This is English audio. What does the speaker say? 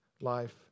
life